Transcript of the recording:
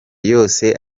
yose